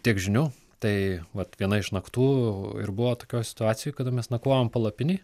tiek žinių tai vat viena iš naktų ir buvo tokioj situacijoj kada mes nakvojom palapinėj